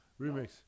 Remix